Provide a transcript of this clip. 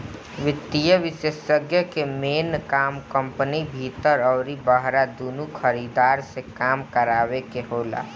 वित्तीय विषेशज्ञ कअ मेन काम कंपनी भीतर अउरी बहरा दूनो खरीदार से काम करावे कअ होला